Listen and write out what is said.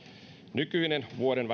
nykyinen vuoden